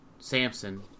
Samson